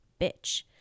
bitch